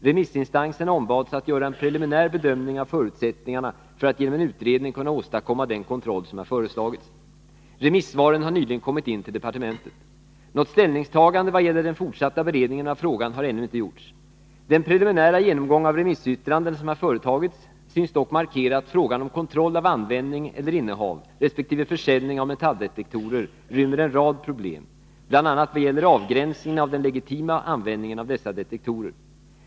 Remissinstanserna ombads att göra en preliminär bedömning av förutsättningarna för att genom en utredning kunna åstadkomma den kontroll som har föreslagits. Remissvaren har nyligen kommit in till departementet. Något ställningstagande i vad gäller den fortsatta beredningen av frågan har ännu inte gjorts. att begränsa nyttjande av metalldetektorer Den preliminära genomgång av remissyttrandena som har företagits synes dock markera att frågan om kontroll av användning eller innehav resp. försäljning av metalldetektorer rymmer en rad problem, bl.a. i vad gäller avgränsningen av den legitima användningen av dessa detektorer.